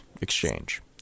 exchange